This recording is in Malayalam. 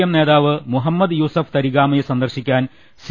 എം നേതാവ് മുഹമ്മദ് യൂസഫ് തരിഗാമിയെ സന്ദർശിക്കാൻ സി